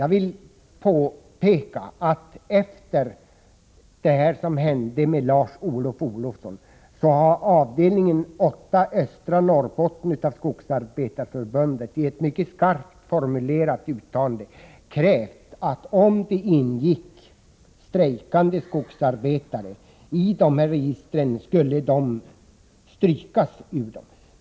Jag vill påpeka att efter det som hände med Lars Olof Olofsson har avdelning 8, östra Norrbotten, av Skogsarbetareförbundet i ett mycket skarpt formulerat uttalande krävt att om det ingick strejkande skogsarbetare i dessa register skulle dessa personer strykas ur registren.